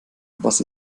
was